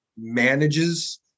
manages